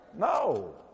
No